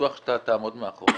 בטוח שאתה תעמוד מאחוריו,